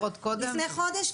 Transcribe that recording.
לפני חודש,